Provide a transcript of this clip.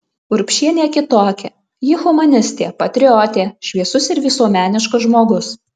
urbšienė kitokia ji humanistė patriotė šviesus ir visuomeniškas žmogus